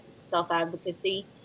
self-advocacy